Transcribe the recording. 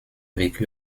vécu